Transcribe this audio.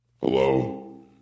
Hello